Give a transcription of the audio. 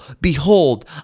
behold